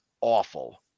awful